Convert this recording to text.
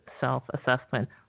self-assessment